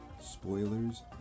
Spoilers